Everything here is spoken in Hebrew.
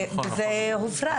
והופרד.